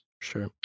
Sure